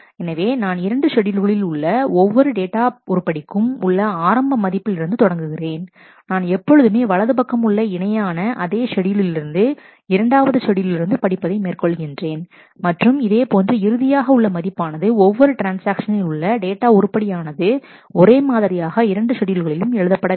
எனவே நான் இரண்டு ஷெட்யூல்களில் உள்ள ஒவ்வொரு டேட்டா உருப்படிக்கும் உள்ள ஆரம்ப மதிப்பிலிருந்து தொடங்குகிறேன் நான் எப்பொழுதுமே வலது பக்கம் உள்ள இணையான அதே ஷெட்யூலில் இருந்து இரண்டாவது ஷெட்யூலில் இருந்து படிப்பதை மேற்கொள்கிறேன் மற்றும் இதேபோன்று இறுதியாக உள்ள மதிப்பானது ஒவ்வொரு ட்ரான்ஸ்ஆக்ஷனில் உள்ள டேட்டா உருப்படி ஆனது ஒரே மாதிரியாக இரண்டு ஷெட்யூல்களிளும் எழுதப்பட வேண்டும்